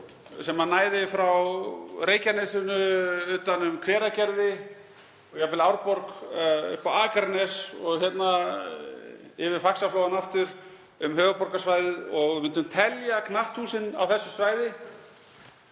sem næði frá Reykjanesinu, utan um Hveragerði og jafnvel Árborg, upp á Akranes og yfir í Faxaflóann aftur, um höfuðborgarsvæðið og við myndum telja knatthúsin á þessu svæði,